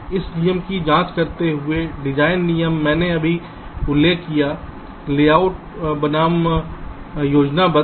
एक नियम की जाँच करते हुए डिज़ाइन नियम मैंने अभी उल्लेख किया है लेआउट बनाम योजनाबद्ध